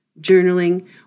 journaling